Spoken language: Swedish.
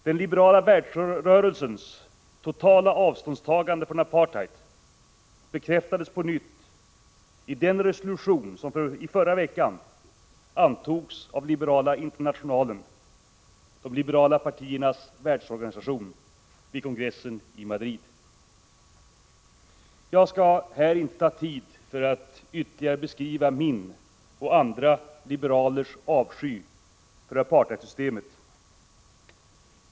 Den liberala världsrörelsens totala avståndstagande från apartheid bekräftades på nytt i den resolution som i förra veckan antogs av Liberala internationalen — de liberala partiernas världsorganisation — vid kongressen i Madrid. Jag skall här inte ta upp tid för att ytterligare beskriva min och andra liberalers avsky för apartheidsystemet.